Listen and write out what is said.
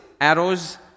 Arrows